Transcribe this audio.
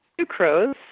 Sucrose